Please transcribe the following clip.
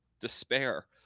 despair